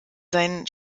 seinen